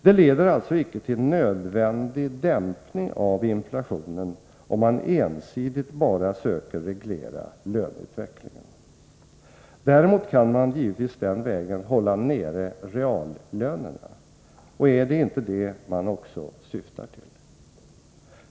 Det leder alltså icke till nödvändig dämpning av inflationen om man ensidigt bara söker reglera löneutvecklingen. Däremot kan man givetvis den vägen hålla nere reallönerna. Och är de inte det man också syftar till?